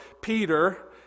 Peter